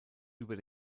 über